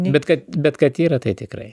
bet kad bet kad yra tai tikrai